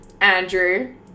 Andrew